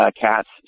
cats